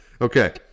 okay